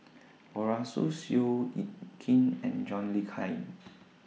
Arasu Seow Yit Kin and John Le Cain